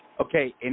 Okay